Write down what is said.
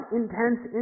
intense